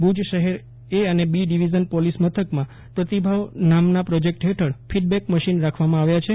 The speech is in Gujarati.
ભુજ શહેર એ અને બી ડિવિઝન પોલીસ મથકમાં પ્રતિભાવ નામના પ્રોજેક્ટ હેઠળ ફિડબૅક મશીન રાખવામાં આવ્યા છે